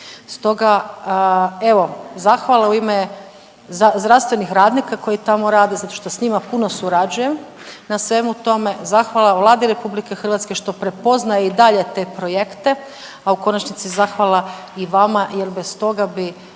Stoga evo, zahvala u ime zdravstvenih radnika koji tamo rade zato što s njima puno surađujem na svemu tome, zahvala Vladi RH što prepoznaje i dalje te projekte, a u konačnici, zahvala i vama jer bez stoga bi